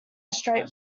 straight